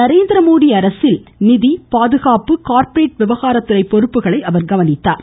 நரேந்திரமோடி அரசில் நிதி பாதுகாப்பு கார்ப்பரேட் விவகாரம் துறை பொறுப்புகளை அவர் கவனித்தார்